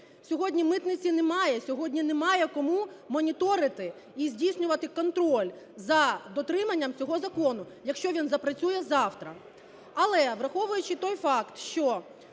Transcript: Сьогодні митниці немає, сьогодні немає комумоніторити і здійснювати контроль за дотриманням цього закону, якщо він запрацює завтра. Але, враховуючи той факт, що